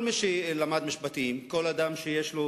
כל מי שלמד משפטים, כל אדם שיש לו